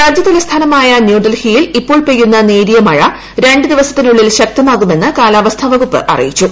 രാജ്യതല്പസ്ഥാനമായ ന്യൂഡൽഹിയിൽ ഇപ്പോൾ പെയ്യുന്ന നേരിയ മഴ രണ്ടു ദ്ദീപ്പസത്തിനുള്ളിൽ ശക്തമാകുമെന്നും കാലാവസ്ഥാ വകുപ്പ് അറിയിച്ചു